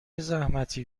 زحمتی